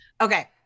Okay